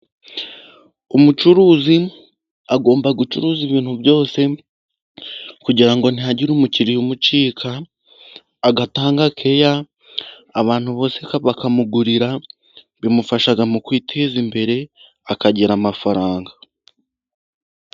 Umucuruzi agomba gucuruza ibintu byose kugira ngo ntihagira umukiriya umucika, agatanga keya abantu bose bakamugurira, bimufasha mu kwiteza imbere, akagira amafaranga.